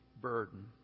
burden